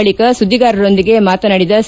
ಬಳಕ ಸುದ್ಲಿಗಾರರೊಂದಿಗೆ ಮಾತನಾಡಿದ ಸಿ